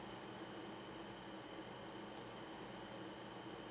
mm